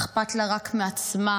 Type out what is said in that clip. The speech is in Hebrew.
אכפת לה רק מעצמה,